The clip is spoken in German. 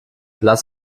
lass